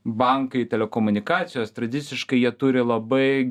bankai telekomunikacijos tradiciškai jie turi labai